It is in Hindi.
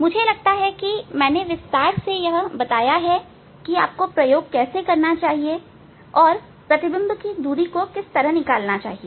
मुझे लगता है कि मैंने विस्तार से यह बताया है की प्रयोग कैसे करना चाहिए और प्रतिबिंब दूरी को कैसे निकालना चाहिए